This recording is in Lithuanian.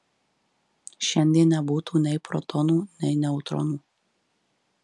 šiandien nebūtų nei protonų nei neutronų